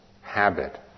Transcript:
habit